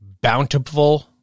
bountiful